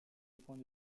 points